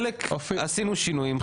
חלק עשינו שינויים,